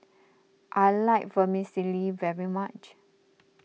I like Vermicelli very much